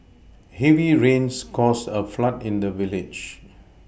heavy rains caused a flood in the village